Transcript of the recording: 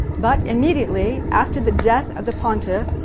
but immediately after the death of the pontiff,